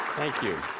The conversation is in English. thank you.